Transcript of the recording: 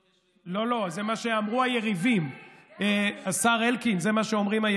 ובה עשה זאב אלקין את דרכו מקדימה,